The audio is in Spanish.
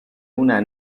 una